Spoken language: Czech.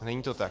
Není to tak.